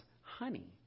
honey